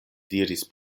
diris